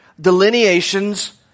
delineations